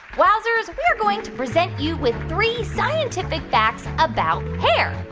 wowzers, we're going to present you with three scientific facts about hair.